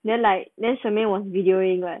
then like shermaine was delivering